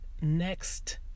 next